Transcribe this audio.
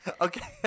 Okay